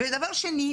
דבר שני,